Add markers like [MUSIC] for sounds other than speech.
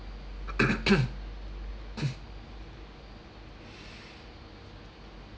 [COUGHS] [BREATH]